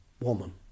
woman